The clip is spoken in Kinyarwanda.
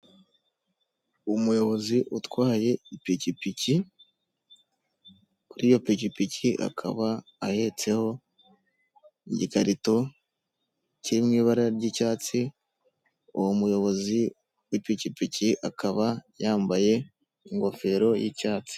Umuyobozi utwaye ipikipiki, kuri iyo pikipiki akaba ahetseho igikarito kiri mu ibara ry'icyatsi, uwo muyobozi w'ipikipiki akaba yambaye ingofero y'icyatsi.